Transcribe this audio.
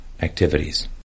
activities